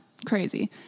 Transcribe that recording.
Crazy